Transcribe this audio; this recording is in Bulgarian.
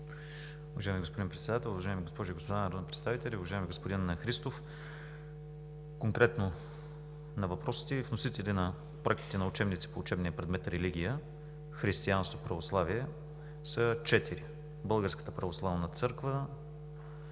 Уважаеми господин Председател, уважаеми госпожи и господа народни представители! Уважаеми господин Христов, конкретно на въпросите Ви. Вносителите на проектите на учебници по учебния предмет „Религия – християнство – православие“ са четири: Българската православна църква;